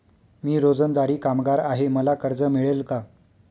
मी रोजंदारी कामगार आहे मला कर्ज मिळेल का?